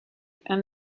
and